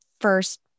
first